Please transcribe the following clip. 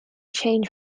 change